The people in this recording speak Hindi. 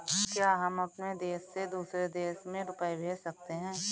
क्या हम अपने देश से दूसरे देश में रुपये भेज सकते हैं?